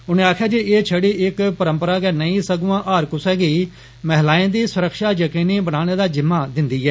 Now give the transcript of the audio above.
उनें आक्खेआ जे ए छड़ी इक परम्परा गै नेंई सगुआं हर कुसै गी महिलाए दी सुरक्षा यकीनी बनाने दा जिम्मा दिंदा ऐ